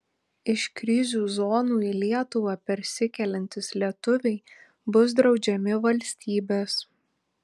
iš krizių zonų į lietuvą persikeliantys lietuviai bus draudžiami valstybės